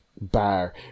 bar